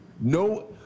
No